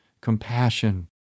compassion